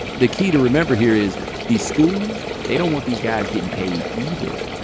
the key to remember here is these schools they don't want these guys getting paid either.